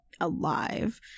alive